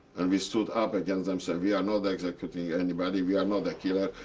and we stood up against them. said, we are not executing anybody. we are not a killer.